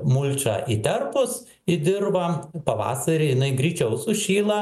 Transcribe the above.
mulčą įterpus į dirvą pavasarį jinai greičiau sušyla